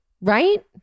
Right